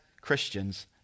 Christians